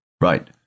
Right